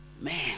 Man